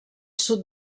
sud